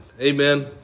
Amen